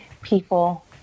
people